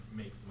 make